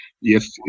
yes